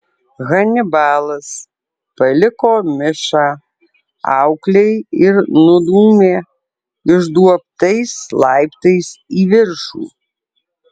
hanibalas paliko mišą auklei ir nudūmė išduobtais laiptais į viršų